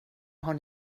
har